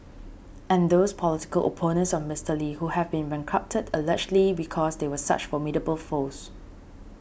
and those political opponents of Mister Lee who have been bankrupted allegedly because they were such formidable foes